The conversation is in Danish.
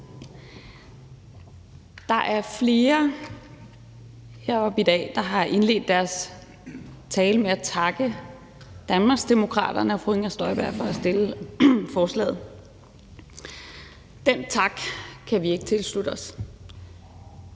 Der er flere heroppe i dag, der har indledt deres tale med at takke Danmarksdemokraterne og fru Inger Støjberg for at fremsætte forslaget. Den tak kan vi ikke tilslutte os.